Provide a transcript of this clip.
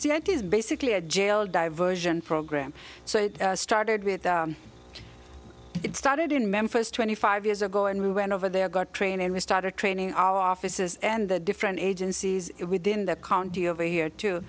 stamped is basically a jail diversion program so it started with it started in memphis twenty five years ago and we went over there got trained and we started training our offices and the different agencies within the county over here two